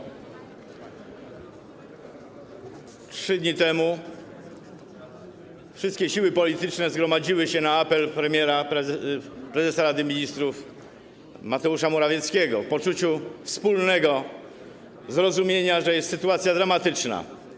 3 dni temu wszystkie siły polityczne zgromadziły się na apel premiera, prezesa Rady Ministrów Mateusza Morawieckiego w poczuciu wspólnego zrozumienia, że sytuacja jest dramatyczna.